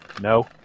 No